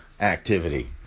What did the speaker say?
activity